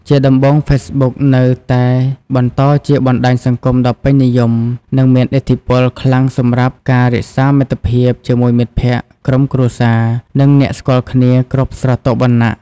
ជាដំបូង ហ្វេសប៊ុក នៅតែបន្តជាបណ្ដាញសង្គមដ៏ពេញនិយម និងមានឥទ្ធិពលខ្លាំងសម្រាប់ការរក្សាមិត្តភាពជាមួយមិត្តភក្តិ ក្រុមគ្រួសារ និងអ្នកស្គាល់គ្នាគ្រប់ស្រទាប់វណ្ណៈ។